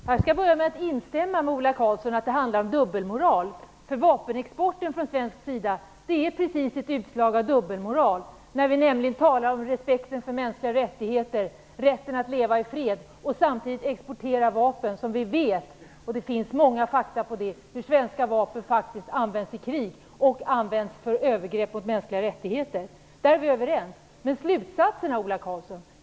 Herr talman! Jag skall börja med att instämma med Ola Karlsson om att det handlar om dubbelmoral. Vapenexporten från svensk sida är ett utslag av dubbelmoral. Vi talar om respekten för mänskliga rättigheter och rätten att leva i fred samtidigt som vi exporterar vapen. Vi vet, och det finns mycket fakta, att svenska vapen faktiskt används i krig och för övergrepp mot mänskliga rättigheter. Där är vi överens. Däremot är vi inte överens om slutsatsen.